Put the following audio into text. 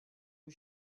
les